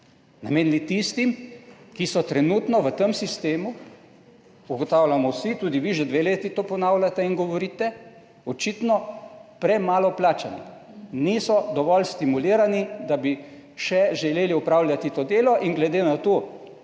Namenili bi tistim, ki so trenutno v tem sistemu, vsi to ugotavljamo, tudi vi že dve leti to ponavljate in govorite, očitno so premalo plačani, niso dovolj stimulirani, da bi še želeli opravljati to delo. Glede na to,